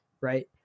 right